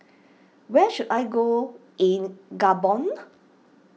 where should I go in Gabon